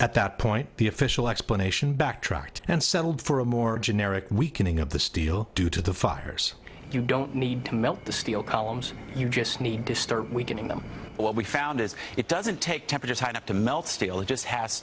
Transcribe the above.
at that point the official explanation backtracked and settled for a more generic weakening of the steel due to the fires you don't need to melt the steel columns you just need to start weakening them what we found is it doesn't take temperatures have to melt steel it just has